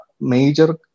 major